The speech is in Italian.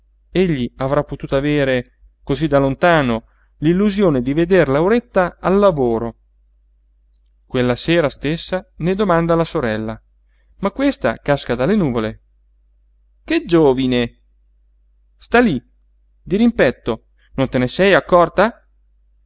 egli avrà potuto avere cosí da lontano l'illusione di veder lauretta al lavoro quella sera stessa ne domanda alla sorella ma questa casca dalle nuvole che giovine sta lí dirimpetto non te ne sei accorta